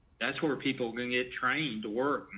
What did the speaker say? that's where where people get trained to work,